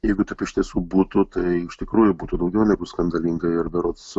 jeigu taip iš tiesų būtų tai iš tikrųjų būtų daugiau negu skandalinga ir berods